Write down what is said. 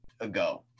ago